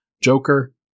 Joker